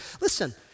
Listen